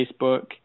Facebook